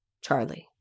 Charlie